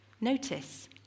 notice